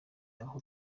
aho